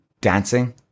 dancing